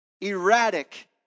Erratic